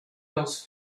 else